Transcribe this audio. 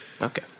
Okay